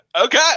Okay